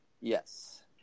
Yes